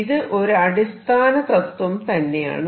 ഇത് ഒരു അടിസ്ഥാന തത്വം തന്നെയാണ്